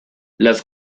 las